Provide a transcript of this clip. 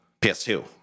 PS2